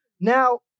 Now